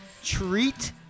treat